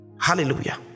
Hallelujah